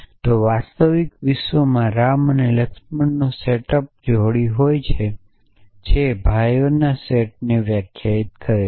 જો વાસ્તવિક વિશ્વમાં રામ અને લક્ષ્મણ સેટ અપ જોડીની હોય છે જે ભાઇઓના સેટને વ્યાખ્યાયિત કરે છે